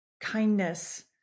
kindness